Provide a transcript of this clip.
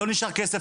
לא נשאר כסף,